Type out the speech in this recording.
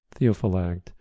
Theophylact